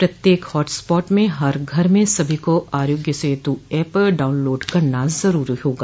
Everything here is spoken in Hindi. प्रत्येक हॉटस्पाट में हर घर में सभी को आरोग्य सेतु ऐप डाउनलोड करना जरूरी होगा